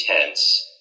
intense